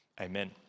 Amen